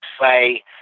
say